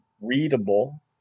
readable